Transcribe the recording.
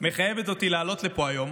מחייבת אותי לעלות לפה היום